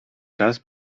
czas